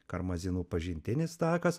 karmazinų pažintinis takas